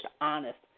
honest